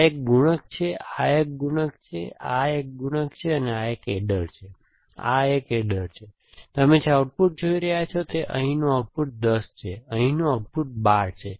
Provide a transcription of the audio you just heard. આ એક ગુણક છે આ એક ગુણક છે આ એક ગુણક છે આ એક એડર છે આ એક એડર છે તમે જે આઉટપુટ જોઈ રહ્યા છો તે અહીંનું આઉટપુટ 10 છે અહીંનું આઉટપુટ 12 છે